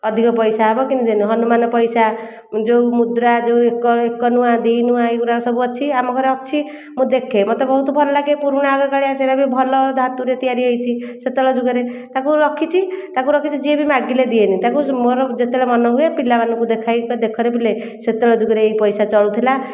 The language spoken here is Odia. ଅଧିକ ପଇସା ହେବ କିନ୍ତୁ ଯେନୁ ହନୁମାନ ପଇସା ଯେଉଁ ମୁଦ୍ରା ଯେଉଁ ଏକ ଏକ ନୁଆ ଦୁଇ ନୁଆ ଏଇଗୁଡ଼ାକ ସବୁ ଅଛି ଆମ ଘରେ ଅଛି ମୁଁ ଦେଖେ ମୋତେ ବହୁତ ଭଲ ଲାଗେ ପୁରୁଣା ଆଗ କାଳିଆ ସେଗୁଡ଼ାକ ବି ଭଲ ଧାତୁରେ ତିଆରି ହୋଇଛି ସେତେବେଳ ଯୁଗରେ ତାକୁ ରଖିଛି ତାକୁ ରଖିଛି ଯିଏ ବି ମାଗିଲେ ଦିଏନି ତାକୁ ମୋର ଯେତେବେଳେ ମନ ହୁଏ ପିଲାମାନଙ୍କୁ ଦେଖାଇ ପା ଦେଖରେ ପିଲେ ସେତେଵେଳ ଯୁଗରେ ଏହି ପଇସା ଚଳୁଥିଲା